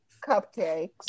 cupcakes